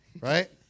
right